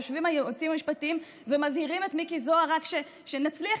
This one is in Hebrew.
יושבים היועצים המשפטיים ומזהירים את מיקי זוהר: רק שנצליח